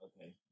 Okay